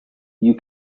you